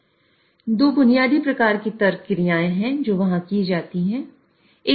2 बुनियादी प्रकार के तर्क क्रियाएं हैं जो वहां की जाती हैं